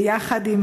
יחד עם